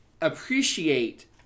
appreciate